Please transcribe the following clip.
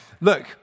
look